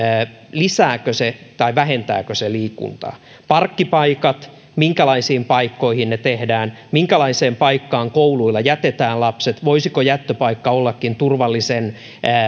lisääkö vai vähentääkö se liikuntaa parkkipaikat minkälaisiin paikkoihin ne tehdään minkälaiseen paikkaan kouluilla jätetään lapset voisiko jättöpaikka ollakin turvallisen